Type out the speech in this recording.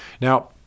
Now